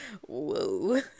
whoa